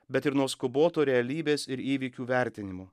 bet ir nuo skubotų realybės ir įvykių vertinimų